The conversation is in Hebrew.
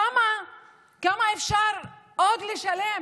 כמה אפשר עוד לשלם?